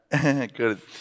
Good